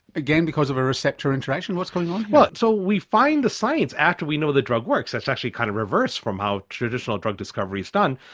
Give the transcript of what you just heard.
again because of a receptor interaction. what's going on here? but so we find the science after we know the drug works, it's actually kind of reverse from how traditional drug discovery is done,